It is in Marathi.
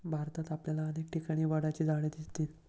भारतात आपल्याला अनेक ठिकाणी वडाची झाडं दिसतील